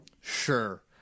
sure